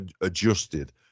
adjusted